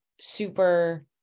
super